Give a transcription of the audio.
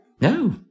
No